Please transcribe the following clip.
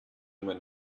mein